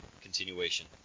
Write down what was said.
continuation